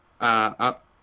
up